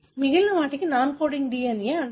మిగిలిన వాటిని non coding DNA అంటారు